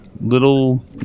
little